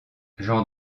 jean